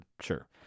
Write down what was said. sure